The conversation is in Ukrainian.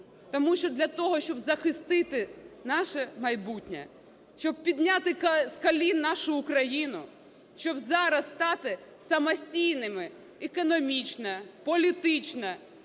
Тому що для того, щоб захистити наше майбутнє, щоб підняти з колін нашу Україну, щоб зараз стати самостійними економічно, політично,